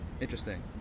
interesting